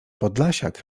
podlasiak